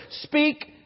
Speak